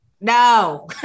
No